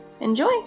Enjoy